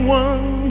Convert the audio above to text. one